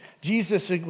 Jesus